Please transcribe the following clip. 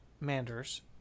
manders